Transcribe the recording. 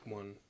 one